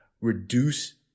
reduce